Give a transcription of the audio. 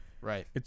Right